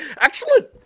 Excellent